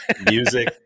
music